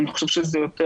אני חושב שזה יותר